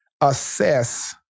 assess